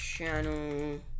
Channel